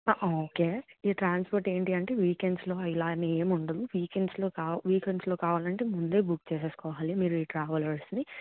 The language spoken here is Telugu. ఓకే ఈ ట్రాన్స్పోర్ట్ ఏంటి అంటే వీకెండ్స్లో ఇలా అని ఏమి ఉండవు వీకెండ్స్లో కా వీకెండ్స్లో కావాలంటే ముందే బుక్ చేసుకోవాలి మీరు ఈ ట్రావెలర్స్ని